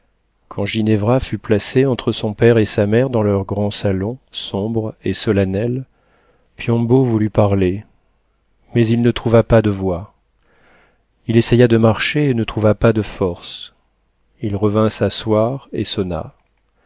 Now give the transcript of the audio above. quand ginevra fut placée entre son père et sa mère dans leur grand salon sombre et solennel piombo voulut parler mais il ne trouva pas de voix il essaya de marcher et ne trouva pas de force il revint s'asseoir et sonna